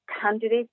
candidates